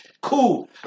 Cool